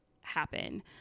happen